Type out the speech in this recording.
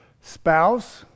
Spouse